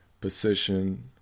position